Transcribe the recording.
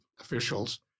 officials